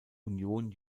union